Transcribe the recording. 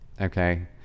okay